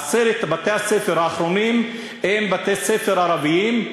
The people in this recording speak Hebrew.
עשרת בתי-הספר האחרונים הם בתי-ספר ערביים,